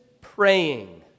praying